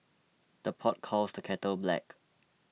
the pot calls the kettle black